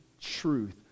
truth